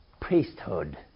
priesthood